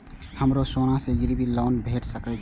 हमरो सोना से गिरबी लोन भेट सके छे?